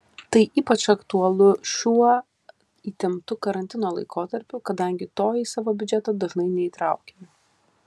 tai ypač aktualu šiuo įtemptu karantino laikotarpiu kadangi to į savo biudžetą dažnai neįtraukiame